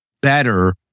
better